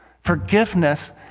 Forgiveness